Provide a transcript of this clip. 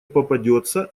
попадется